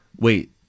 wait